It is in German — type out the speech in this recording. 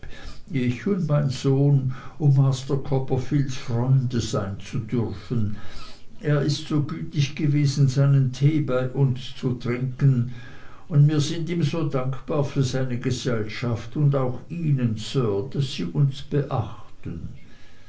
ich und mein sohn um master copperfields freunde sein zu dürfen er ist so gütig gewesen seinen tee bei uns zu trinken und mir sind ihm so dankbar für seine gesellschaft und auch ihnen sir daß sie uns beachten